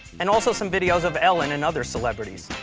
and also some videos of ellen and other celebrities,